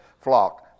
flock